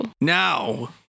Now